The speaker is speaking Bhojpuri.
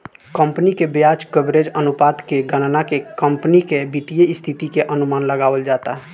कंपनी के ब्याज कवरेज अनुपात के गणना के कंपनी के वित्तीय स्थिति के अनुमान लगावल जाता